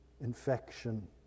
infection